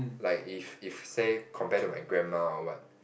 like if if say compare to my grandma or what